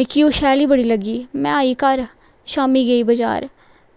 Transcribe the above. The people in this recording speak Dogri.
मिगी ओह् शैल गै बड़ी लग्गी में आई घर शामीं गेई बज़ार